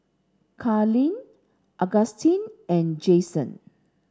Carlyle Augustus and Jayson